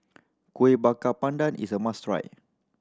Kueh Bakar Pandan is a must try